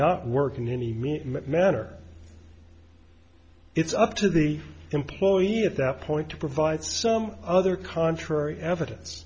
not work in any manner it's up to the employee at that point to provide some other contrary evidence